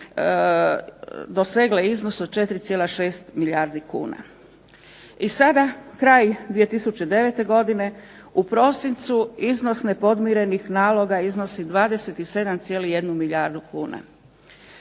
dosegle iznos od 4,6 milijardi kuna. I sada kraj 2009. godine iznos nepodmirenih naloga iznosi 27,1 milijardu kuna.